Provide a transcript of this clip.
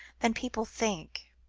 than people think.